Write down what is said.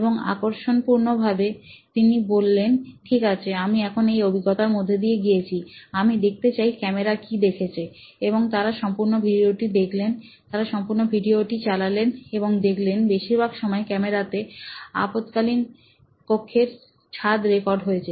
এবং আকার্ষণপূর্ণ ভাবে তিনি বললেন ঠিক আছে আমি এখন এই অভিজ্ঞতার মধ্যে দিয়ে গিয়েছি আমি দেখতে চাই ক্যামেরা কি কি দেখেছে এবং তারা সম্পূর্ণ ভিডিওটি দেখলেন তারা সম্পূর্ণ ভিডিওটি চললেন এবং দেখলেন বেশিরভাগ সময় ক্যামেরাতে আপদকালীন কক্ষের ছাদ রেকর্ড হয়েছে